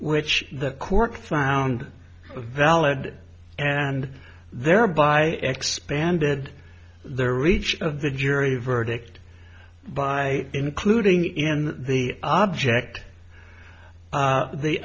which the court found a valid and thereby expanded their reach of the jury verdict by including in the object